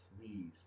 Please